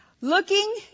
Looking